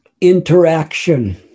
interaction